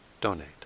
donate